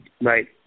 Right